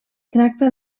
tracta